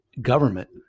government